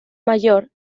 mayor